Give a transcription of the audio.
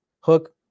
hook